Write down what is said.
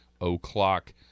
o'clock